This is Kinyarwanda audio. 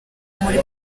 muri